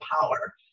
power